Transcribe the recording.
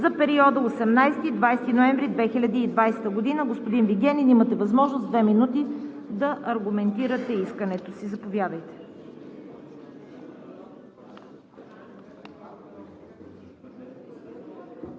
за периода 18 – 20 ноември 2020 г.“ Господин Вигенин, имате възможност в две минути да аргументирате искането си. Заповядайте.